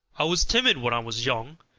i was timid when i was young,